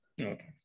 okay